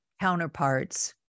counterparts